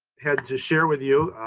had to share with you.